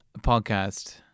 podcast